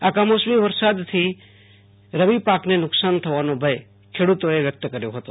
આ કમોસમી વરસાદથી રવી પાકને નુકસાન થવાનો ભય ખેડૂતોએ વ્યક્ત કર્યો હતો